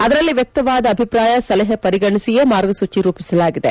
ಅದರಲ್ಲಿ ವ್ಯಕ್ತವಾದ ಅಭಿಪ್ರಾಯ ಸಲಹೆ ಪರಿಗಣಿಸಿಯೇ ಮಾರ್ಗಸೂಚಿ ರೂಪಿಸಲಾಗಿದೆ